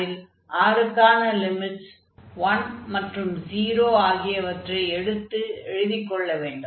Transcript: அதில் r க்கான limits 1 மற்றும் 0 ஆகியவற்றை எடுத்து எழுதிக் கொள்ள வேண்டும்